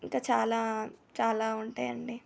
ఇంకా చాలా చాలా ఉంటాయండి